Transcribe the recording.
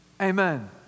Amen